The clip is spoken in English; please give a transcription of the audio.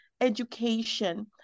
education